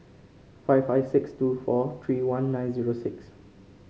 five five six two four three one nine zero six